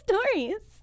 stories